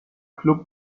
club